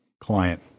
client